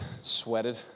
sweated